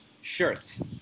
shirts